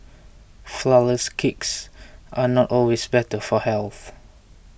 Flourless Cakes are not always better for health